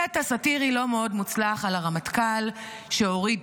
קטע סטירי לא מאוד מוצלח על הרמטכ"ל שהוריד